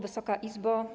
Wysoka Izbo!